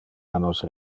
annos